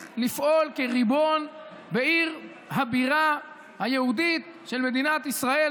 לפעול כריבון בעיר הבירה היהודית של מדינת ישראל,